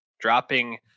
dropping